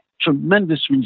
tremendous